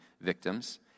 victims